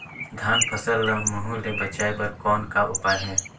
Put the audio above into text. धान फसल ल महू ले बचाय बर कौन का उपाय हे?